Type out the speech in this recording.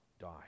die